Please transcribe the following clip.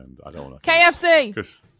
KFC